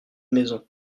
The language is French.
maison